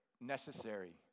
Necessary